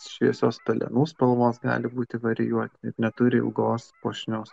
šviesios pelenų spalvos gali būti varijuoti neturi ilgos puošnios